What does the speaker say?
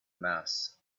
mass